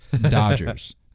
Dodgers